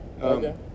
Okay